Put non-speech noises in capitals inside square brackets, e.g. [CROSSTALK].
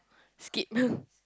skip [LAUGHS]